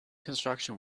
construction